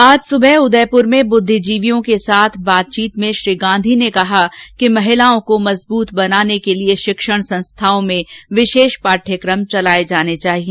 आज सुबह उदयपुर में ब्रुद्विजीवियों के साथ बातचीत में श्री गांधी ने कहा कि महिलाओं को मजबूत बनाने के लिए शिक्षण संस्थाओं में विशेष पाठ्यक्रम चलाए जाने चाहिए